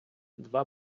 два